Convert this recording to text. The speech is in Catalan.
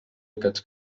aquests